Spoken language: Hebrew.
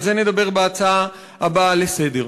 על זה נדבר בהצעה הבאה לסדר-היום.